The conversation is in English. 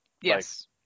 Yes